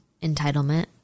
entitlement